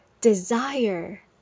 desire